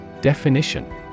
Definition